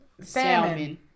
salmon